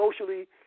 socially